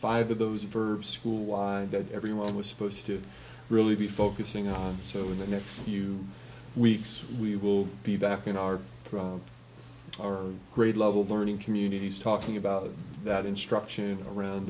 five of those verbs school wide that everyone was supposed to really be focusing on so in the next few weeks we will be back in our or grade level learning communities talking about that